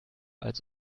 als